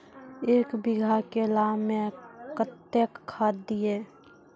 एक बीघा केला मैं कत्तेक खाद दिये?